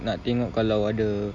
nak tengok kalau ada